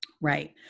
Right